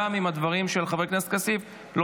גם אם הדברים של חבר הכנסת כסיף לא